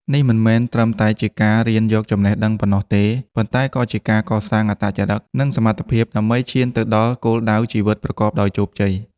នេះមិនមែនត្រឹមតែជាការរៀនយកចំណេះដឹងប៉ុណ្ណោះទេ ប៉ុន្តែក៏ជាការកសាងអត្តចរិត និងសមត្ថភាពដើម្បីឈានទៅដល់គោលដៅជីវិតប្រកបដោយជោគជ័យ។